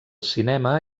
cinema